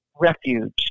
refuge